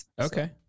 Okay